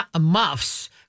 muffs